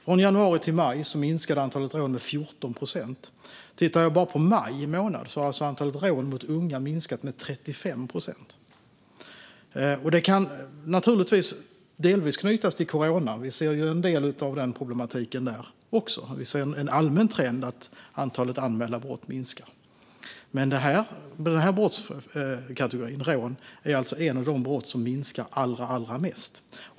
Från januari till maj minskade antalet rån med 14 procent. Bara under maj månad har antalet rån mot unga minskat med 35 procent. Detta kan naturligtvis delvis knytas till coronapandemin. Vi ser en del av problemen där också, och vi ser en allmän trend att antalet anmälda brott minskar. Men brottskategorin rån är ett av de brott som minskar allra mest.